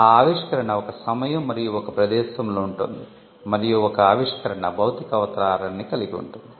ఆ ఆవిష్కరణ ఒక సమయం మరియు ఒక ప్రదేశంలో ఉంటుంది మరియు ఒక ఆవిష్కరణ భౌతిక అవతారాన్ని కలిగి ఉంటుంది